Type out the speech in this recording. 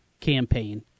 campaign